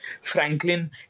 Franklin